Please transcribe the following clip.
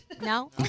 No